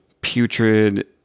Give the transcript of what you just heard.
Putrid